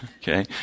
Okay